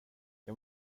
jag